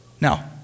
Now